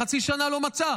חצי שנה לא מצאה.